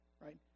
right